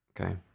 Okay